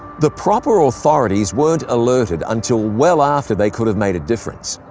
the proper authorities weren't alerted until well after they could have made a difference.